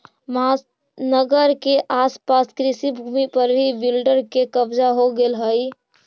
महानगर के आस पास कृषिभूमि पर भी बिल्डर के कब्जा हो गेलऽ हई